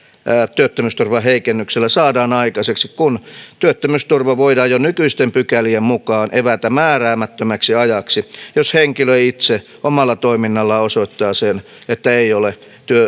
työttömyysturvan heikennyksellä saadaan aikaiseksi kun työttömyysturva voidaan jo nykyisten pykälien mukaan evätä määräämättömäksi ajaksi jos henkilö itse omalla toiminnallaan osoittaa sen että ei ole